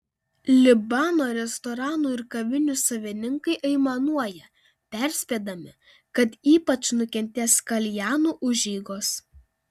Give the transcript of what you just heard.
libano restoranų ir kavinių savininkai aimanuoja perspėdami kad ypač nukentės kaljanų užeigos